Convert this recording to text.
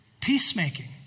Peacemaking